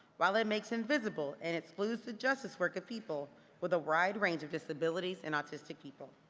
while it makes invisible and excludes the justice work of people with a wide range of disabilities and autistic people.